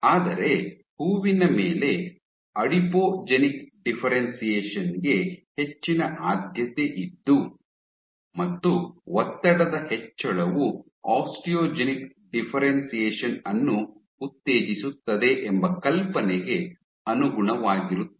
ಆದರೆ ಹೂವಿನ ಮೇಲೆ ಅಡಿಪೋಜೆನಿಕ್ ಡಿಫ್ಫೆರೆನ್ಶಿಯೇಷನ್ ಗೆ ಹೆಚ್ಚಿನ ಆದ್ಯತೆ ಇದ್ದು ಮತ್ತು ಒತ್ತಡದ ಹೆಚ್ಚಳವು ಆಸ್ಟಿಯೋಜೆನಿಕ್ ಡಿಫ್ಫೆರೆನ್ಶಿಯೇಷನ್ ಅನ್ನು ಉತ್ತೇಜಿಸುತ್ತದೆ ಎಂಬ ಕಲ್ಪನೆಗೆ ಅನುಗುಣವಾಗಿರುತ್ತದೆ